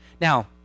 Now